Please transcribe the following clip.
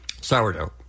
sourdough